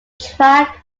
track